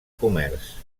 comerç